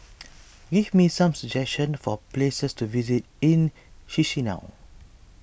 give me some suggestions for places to visit in Chisinau